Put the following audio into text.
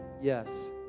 Yes